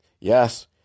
yes